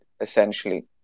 essentially